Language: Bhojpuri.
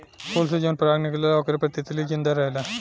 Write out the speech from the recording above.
फूल से जवन पराग निकलेला ओकरे पर तितली जिंदा रहेले